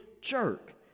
jerk